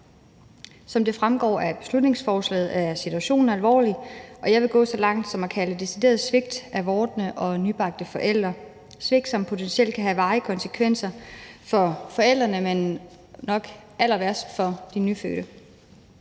Som det fremgår af beslutningsforslaget, er situationen alvorlig, og jeg vil gå så langt som til at kalde det for et decideret svigt af vordende og nybagte forældre, et svigt, som potentielt kan have varige konsekvenser for forældrene, men nok allerværst for de nyfødte.